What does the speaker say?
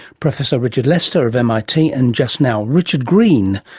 professor richard lester of mit, and just now richard green,